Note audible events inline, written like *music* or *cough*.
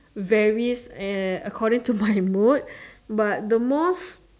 varies and according to my mood *breath* but the most